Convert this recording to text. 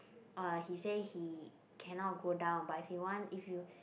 uh he say he cannot go down but if he want if you